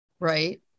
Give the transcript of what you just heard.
Right